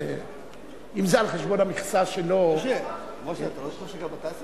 --- כבר שכחת?